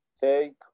take